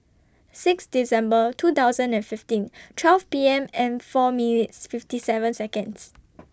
six December two thousand and fifteen twelve P M and four minutes fifty seven Seconds